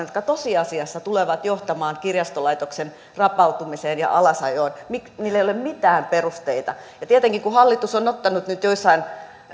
jotka tosiasiassa tulevat johtamaan kirjastolaitoksen rapautumiseen ja alasajoon niille ei ole mitään perusteita tietenkin kun hallitus on ottanut nyt joissain